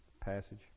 passage